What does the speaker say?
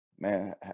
Man